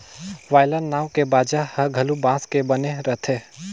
violin नांव के बाजा ह घलो बांस के बने रथे